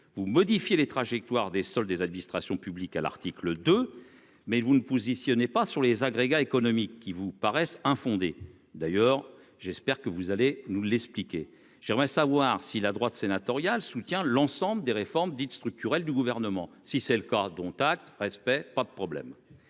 ou modifier les trajectoires des sols, des administrations publiques à l'article de mais vous le positionnez pas sur les agrégats économiques qui vous paraissent infondées, d'ailleurs, j'espère que vous allez nous l'expliquer, j'aimerais savoir si la droite sénatoriale, soutient l'ensemble des réformes dites structurelles du gouvernement si c'est le cas, dont acte, respect, pas de problème,